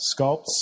sculpts